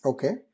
Okay